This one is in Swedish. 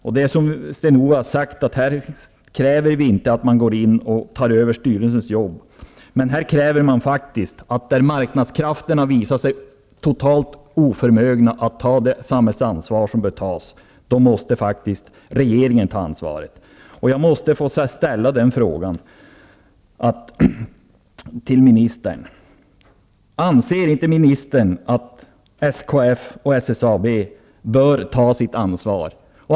Det är som Sten-Ove Sundström har sagt här: Vi kräver inte att man går in och tar över styrelsens jobb. Men vi kräver att regeringen faktiskt tar ansvaret när marknadskrafterna visat sig totalt oförmögna att ta det samhällsansvar som bör tas. Jag måste få ställa en fråga till ministern. Anser inte ministern att SKF och SSAB bör ta sitt ansvar?